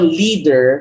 leader